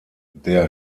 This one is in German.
der